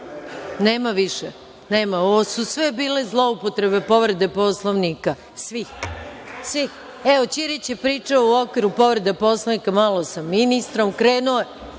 Nema više. Ovo su sve bile zloupotrebe povrede Poslovnika, svih. Evo, Ćirić je pričao u okviru povrede Poslovnika malo sa ministrom. Nemojte